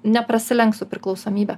neprasilenks su priklausomybe